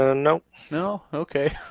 ah no. no okay?